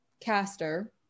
caster